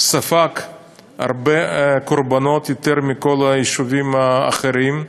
ספג הרבה קורבנות, יותר מכל היישובים האחרים,